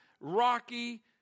rocky